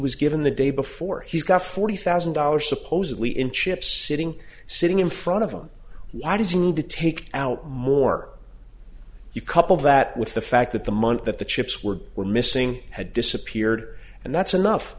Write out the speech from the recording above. was given the day before he's got forty thousand dollars supposedly in chips sitting sitting in front of him why does he need to take out more you couple that with the fact that the money that the chips were were missing had disappeared and that's enough